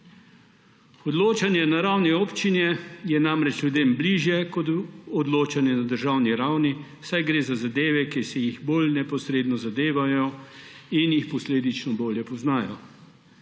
Odločanje na ravni občine je namreč ljudem bližje kot odločanje na državni ravni, saj gre za zadeve, ki jih bolj neposredno zadevajo in jih posledično bolje poznajo.